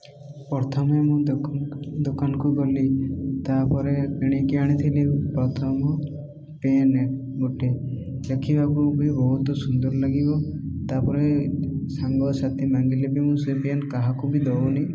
ପ୍ରଥମେ ମୁଁ ତାଙ୍କ ଦୋକାନକୁ ଗଲି ତାପରେ କିଣିକି ଆଣିଥିଲି ପ୍ରଥମ ପେନ୍ ଗୋଟେ ଦେଖିବାକୁ ବି ବହୁତ ସୁନ୍ଦର ଲାଗିବ ତା'ପରେ ସାଙ୍ଗସାଥି ମାଙ୍ଗିଲେ ବି ମୁଁ ସେ ପେନ୍ କାହାକୁ ବି ଦଉନି